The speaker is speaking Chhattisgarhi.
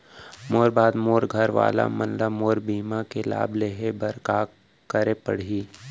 मोर बाद मोर घर वाला मन ला मोर बीमा के लाभ लेहे बर का करे पड़ही?